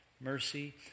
mercy